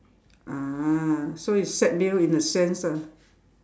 ah so it's set meal in a sense lah